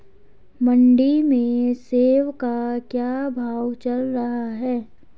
मंडी में सेब का क्या भाव चल रहा है?